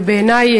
ובעיני,